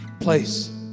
place